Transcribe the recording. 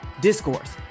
Discourse